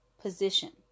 position